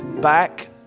back